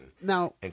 Now